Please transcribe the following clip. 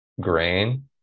grain